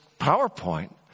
PowerPoint